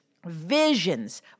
visions